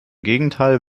gegenteil